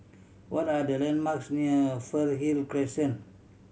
what are the landmarks near Fernhill Crescent